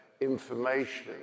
information